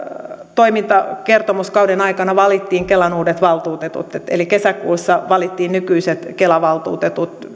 toimintakertomuskauden aikana valittiin kelan uudet valtuutetut eli kesäkuussa valittiin nykyiset kelan valtuutetut